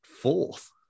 fourth